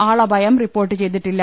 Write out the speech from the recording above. ആളപായം report ചെയ്തിട്ടില്ല